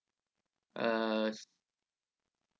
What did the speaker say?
uh